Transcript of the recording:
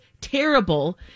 terrible